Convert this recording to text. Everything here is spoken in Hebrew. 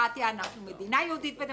אנחנו מדינה יהודית ודמוקרטית,